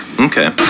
okay